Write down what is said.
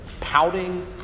Pouting